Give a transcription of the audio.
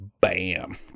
bam